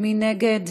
מי נגד?